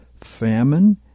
famine